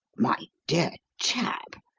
my dear chap,